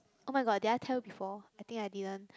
oh-my-god did I tell you before I think I didn't